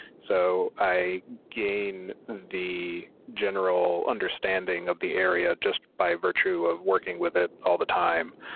so i gain the general understanding of the area, just by virtue of working with it all the time,